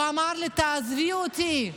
הוא אמר לי: תעזבי אותי,